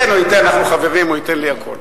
הוא ייתן, אנחנו חברים, הוא ייתן לי הכול.